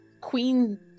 Queen